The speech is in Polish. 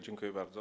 Dziękuję bardzo.